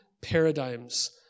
paradigms